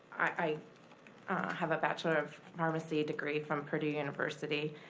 i have a bachelor of pharmacy degree from purdue university.